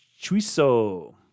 Chuiso